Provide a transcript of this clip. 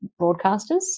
broadcasters